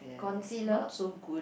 concealer